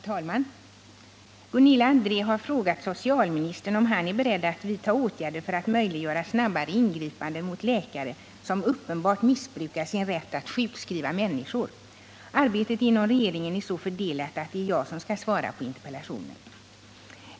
Herr talman! Gunilla André har frågat socialministern om han är beredd att vidta åtgärder för att möjliggöra snabbare ingripanden mot läkare som uppenbart missbrukar sin rätt att sjukskriva människor. Arbetet inom regeringen är så fördelat att det är jag som skall svara på interpellationen.